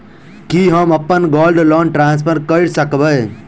की हम अप्पन gold loan transfer करऽ सकबै?